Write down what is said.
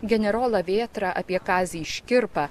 generolą vėtrą apie kazį škirpą